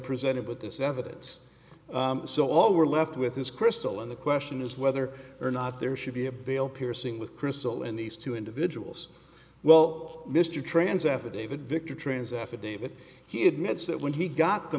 presented with this evidence so all we're left with is crystal and the question is whether or not there should be a bail piercing with crystal and these two individuals well mr trans affidavit victor trans affidavit he admits that when he got the